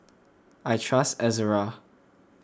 I trust Ezerra